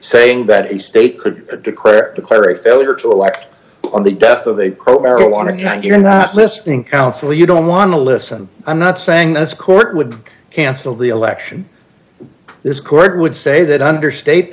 saying that a state could declare declare a failure to act on the death of a quote marijuana drunk you're not listening counsel you don't wanna listen i'm not saying this court would cancel the election this court would say that under state